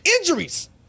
injuries